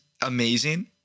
amazing